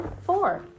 four